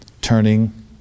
turning